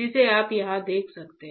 जिसे आप यहां देख सकते हैं